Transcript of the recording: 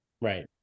Right